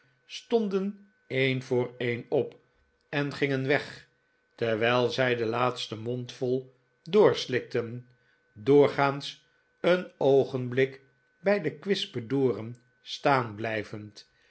stonden een voor een op en gingen weg terwijl zij den laatsten mondvol doorslikten doorgaans een oogenblik bij de kwispedoren staan blijvend